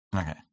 Okay